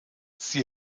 sie